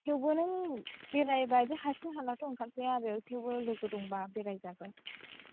थेवबो नों बेरायबा बिदि हारसिं हालाथ' ओंखारजाया आरो थेवबो लोगोफोर दंबा बेराय जागोन